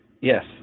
Yes